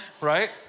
Right